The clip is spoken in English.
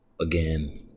Again